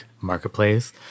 marketplace